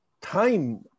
time